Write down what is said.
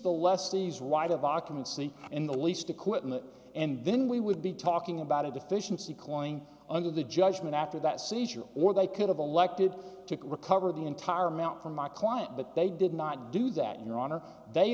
the less these wide of documents the in the least equipment and then we would be talking about a deficiency cloying under the judgment after that seizure or they could have elected to recover the entire amount from my client but they did not do that your honor they